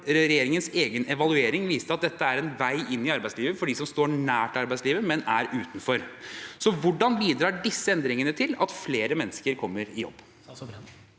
regjeringens egen evaluering viste at dette er en vei inn i arbeidslivet for dem som står nært arbeidslivet, men er utenfor. Så hvordan bidrar disse endringene til at flere mennesker kommer i jobb?